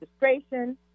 registration